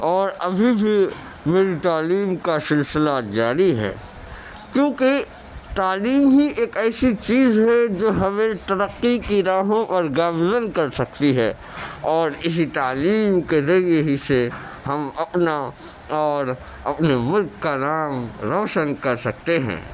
اور ابھی بھی میری تعلیم کا سلسلہ جاری ہے کیونکہ تعلیم ہی ایک ایسی چیز ہے جو ہمیں ترقی کی راہوں پر گامزن کر سکتی ہے اور اسی تعلیم کے ذریعے ہی سے ہم اپنا اور اپنے ملک کا نام روشن کر سکتے ہیں